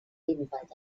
ebenfalls